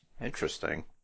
Interesting